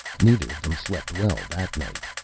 neither of them slept well that night.